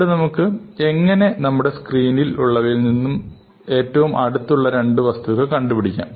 ഇവിടെ നമുക്ക് എങ്ങനെ നമ്മുടെ സ്ക്രീനിൽ ഉള്ളവയിൽ നിന്നും ഏറ്റവും അടുത്തുള്ള ഉള്ള രണ്ട് വസ്തുക്കൾ കണ്ടുപിടിക്കാം